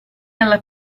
alla